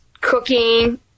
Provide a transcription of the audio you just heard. cooking